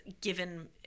given